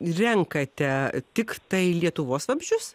renkate tiktai lietuvos vabzdžius